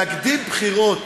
להקדים בחירות